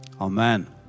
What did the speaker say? amen